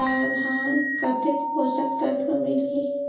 ता धान कतेक पोषक तत्व मिलही?